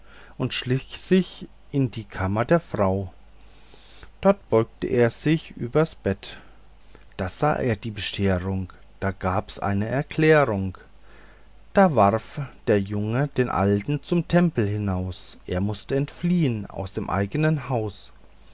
und schlich sich in die kammer der frau dort beugte er sich übers bett da sah er die bescherung da gab's eine erklärung da warf der junge den alten zum tempel hinaus er mußte entfliehn aus dem eignen haus